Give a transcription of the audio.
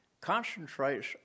concentrates